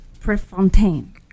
Prefontaine